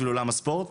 בשביל עולם הספורט.